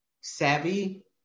savvy